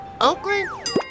Oakland